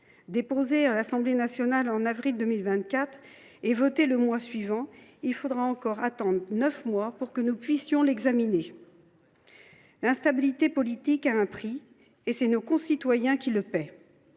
Déposé à l’Assemblée nationale en avril 2024, il a été voté le mois suivant, mais il faudra encore attendre neuf mois pour que nous puissions l’examiner. L’instabilité politique a un prix, et ce sont nos concitoyens qui le paient.